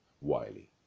Wiley